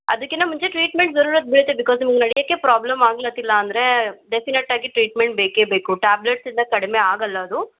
ಅದಕ್ಕಿಂತ ಮುಂಚೆ ಟ್ರೀಟ್ಮೆಂಟ್ ಜರೂರತ್ತು ಬೇಕೇ ಬಿಕಾಸ್ ನಿಮಗೆ ನಡ್ಯೋಕ್ಕೆ ಪ್ರಾಬ್ಲಮ್ ಆಗ್ಲತ್ತಿಲ್ಲ ಅಂದರೆ ಡೆಫಿನೆಟ್ಟಾಗಿ ಟ್ರೀಟ್ಮೆಂಟ್ ಬೇಕೇ ಬೇಕು ಟ್ಯಾಬ್ಲೆಟ್ಸಿಂದ ಕಡಿಮೆ ಆಗೋಲ್ಲ ಅದು